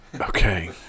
Okay